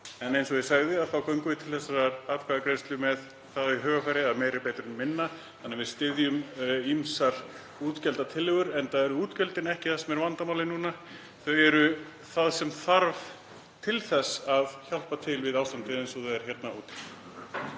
En eins og ég sagði þá göngum við til þessarar atkvæðagreiðslu með því hugarfari að meira sé betra en minna þannig að við styðjum ýmsar útgjaldatillögur, enda eru útgjöldin ekki vandamálið núna. Þau eru það sem þarf til þess að hjálpa til við ástandið eins og það er hérna úti.